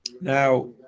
Now